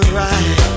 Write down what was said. right